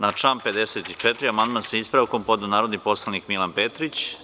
Na član 54. amandman sa ispravkom podneo je narodni poslanik Milan Petrić.